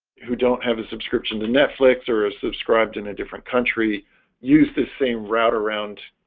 who don't have a subscription to netflix or a subscribed in a different country use this same route around?